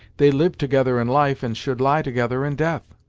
they lived together in life, and should lie together in death.